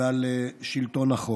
ועל שלטון החוק.